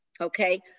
okay